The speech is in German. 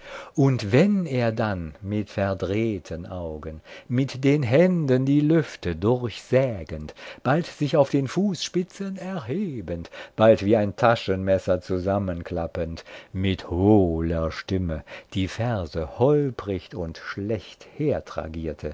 und wenn er dann mit verdrehten augen mit den händen die lüfte durchsägend bald sich auf den fußspitzen erhebend bald wie ein taschenmesser zusammenklappend mit hohler stimme die verse holpricht und schlecht